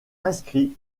inscrits